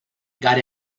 got